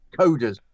Coders